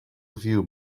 review